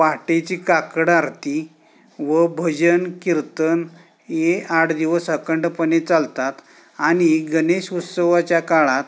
पहाटेची काकड आरती व भजन कीर्तन हे आठ दिवस अखंडपणे चालतात आणि गणेश उत्सवाच्या काळात